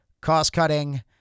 cost-cutting